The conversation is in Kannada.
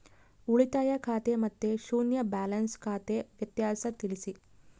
ಉಳಿತಾಯ ಖಾತೆ ಮತ್ತೆ ಶೂನ್ಯ ಬ್ಯಾಲೆನ್ಸ್ ಖಾತೆ ವ್ಯತ್ಯಾಸ ತಿಳಿಸಿ?